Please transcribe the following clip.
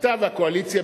אתה והקואליציה,